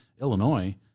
Illinois